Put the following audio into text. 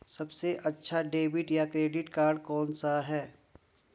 सबसे अच्छा डेबिट या क्रेडिट कार्ड कौन सा है?